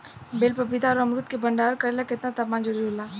बेल पपीता और अमरुद के भंडारण करेला केतना तापमान जरुरी होला?